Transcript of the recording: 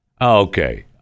Okay